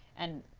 and,